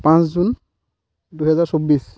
পাঁচ জুন দুহেজাৰ চৌবিছ